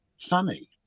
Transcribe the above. funny